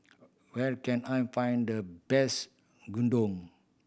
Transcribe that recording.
where can I find the best Gyudon